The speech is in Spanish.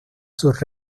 sus